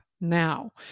now